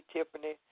Tiffany